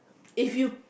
if you